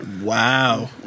Wow